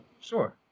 Sure